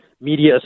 media